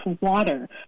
water